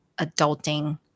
adulting